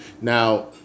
now